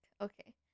okay